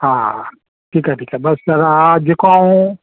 हा हा ठीकु आहे ठीकु आहे बसि दादा हा जेको आऊं